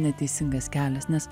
neteisingas kelias nes